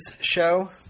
show